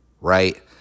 right